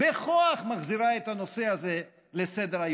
בכוח, מחזירה את הנושא הזה לסדר-היום,